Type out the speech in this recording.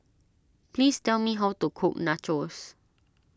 please tell me how to cook Nachos